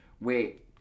Wait